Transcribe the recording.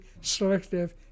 selective